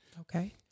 Okay